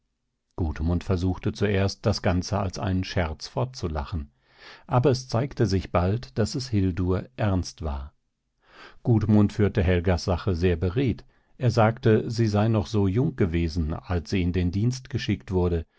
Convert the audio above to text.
sei gudmund versuchte zuerst das ganze als einen scherz fortzulachen aber es zeigte sich bald daß es hildur ernst war gudmund führte helgas sache sehr beredt er sagte sie sei noch so jung gewesen als sie in den dienst geschickt wurde